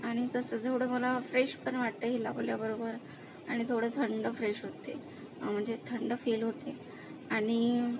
आणि तसं जेवढं मला फ्रेश पण वाटतंय हे लावल्याबरोबर आणि थोडं थंड फ्रेश होते म्हणजे थंड फील होते आणि